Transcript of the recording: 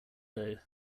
though